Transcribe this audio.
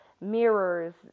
mirrors